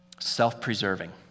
Self-preserving